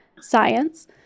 science